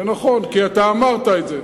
זה נכון, כי אתה אמרת את זה,